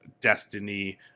Destiny